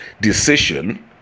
decision